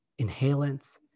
inhalants